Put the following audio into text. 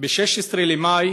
ב-16 במאי